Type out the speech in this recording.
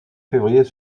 février